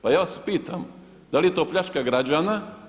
Pa ja vas pitam da li je to pljačka građana?